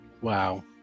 Wow